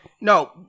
No